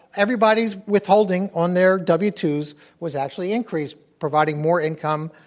everybody's withholding on their w two s, was actually increased, providing more income,